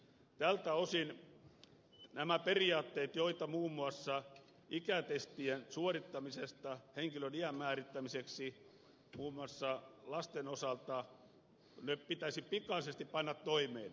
tältä osin nämä periaatteet joita on muun muassa ikätestien suorittamisesta henkilön iän määrittämiseksi muun muassa lasten osalta pitäisi pikaisesti panna toimeen